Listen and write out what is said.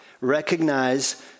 Recognize